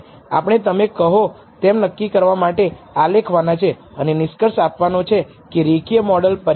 આપણે તમે કહો તેમ નક્કી કરવા માટે આલેખવાના છે અને નિષ્કર્ષ આપવાનો છે કે રેખીય મોડલ પર્યાપ્ત છે